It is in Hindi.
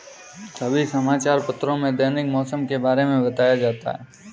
सभी समाचार पत्रों में दैनिक मौसम के बारे में बताया जाता है